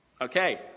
Okay